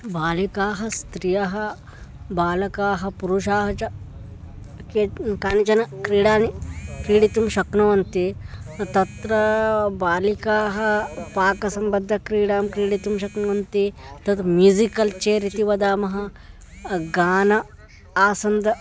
बालिकाः स्त्रियः बालकाः पुरुषाः च के कानिचन क्रीडानि क्रीडितुं शक्नुवन्ति तत्र बालिकाः पाकसम्बद्ध क्रीडां क्रीडितुं शक्नुवन्ति तद् म्युसिकल् चेर् इति वदामः गान आसन्दः